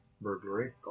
Burglary